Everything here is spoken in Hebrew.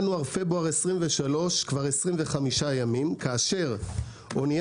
ינואר-פברואר 23' כבר 25 ימים כאשר אוניה